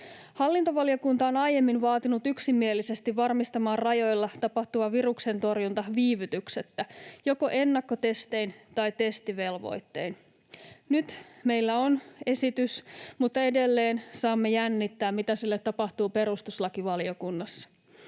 Hallintovaliokunta on aiemmin vaatinut yksimielisesti varmistamaan rajoilla tapahtuvan viruksentorjunnan viivytyksettä joko ennakkotestein tai testivelvoittein. Nyt meillä on esitys, mutta edelleen saamme jännittää, mitä sille tapahtuu perustuslakivaliokunnassa.